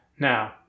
Now